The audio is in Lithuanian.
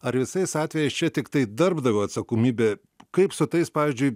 ar visais atvejais čia tiktai darbdavio atsakomybė kaip su tais pavyzdžiui